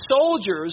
soldiers